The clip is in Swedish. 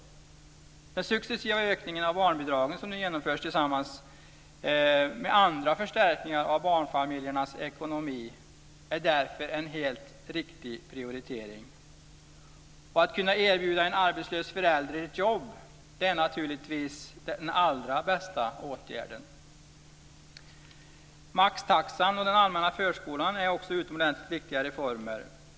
Den successiva ökning av barnbidragen som nu genomförs tillsammans med andra förstärkningar av barnfamiljernas ekonomi är därför en helt riktig prioritering. Att kunna erbjuda en arbetslös förälder ett jobb är naturligtvis den allra bästa åtgärden. Maxtaxan och den allmänna förskolan är också utomordentligt viktiga reformer.